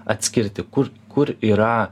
atskirti kur kur yra